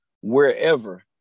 wherever